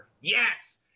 Yes